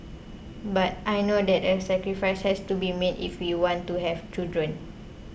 but I know that a sacrifice has to be made if we want to have children